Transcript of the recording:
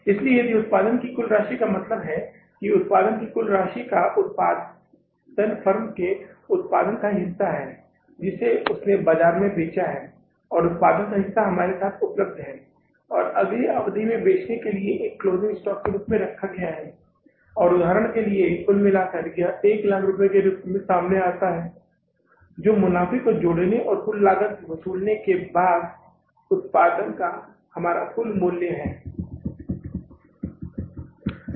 इसलिए इस उत्पादन की कुल राशि का मतलब है कि उत्पादन की कुल राशि का उत्पादन फर्म के उत्पादन का हिस्सा है जिसे उसने बाजार में बेचा है और उत्पादन का हिस्सा हमारे साथ उपलब्ध है और अगली अवधि में बेचने के लिए एक क्लोजिंग स्टॉक के रूप में रखा गया है और उदाहरण के लिए कुल मिलाकर यह एक लाख रुपये के रूप में सामने आता है जो मुनाफ़े को जोड़ने और कुल लागत को वसूलने के बाद उत्पादन का हमारा कुल मूल्य है